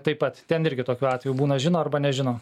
taip pat ten irgi tokių atvejų būna žino arba nežino